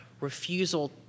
refusal